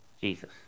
Jesus